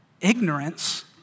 ignorance